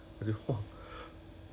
not worth it [what]